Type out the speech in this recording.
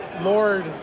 Lord